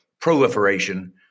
proliferation